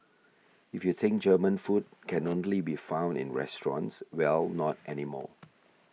if you think German food can only be found in restaurants well not anymore